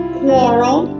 quarrel